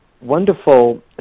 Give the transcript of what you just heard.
wonderful